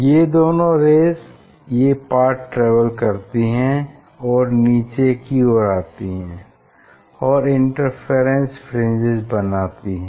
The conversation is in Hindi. ये दोनों रेज़ ये पाथ ट्रेवल करती हैं और नीचे की और आती हैं और इंटरफेरेंस फ्रिंजेस बनाती हैं